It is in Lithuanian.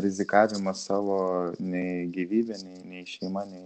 rizikavimas savo nei gyvybe nei nei šeima nei